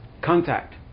contact